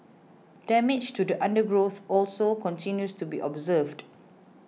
damage to the undergrowth also continues to be observed